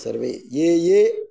सर्वे ये ये